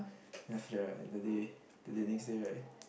then after that right the day the day next day right